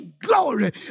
glory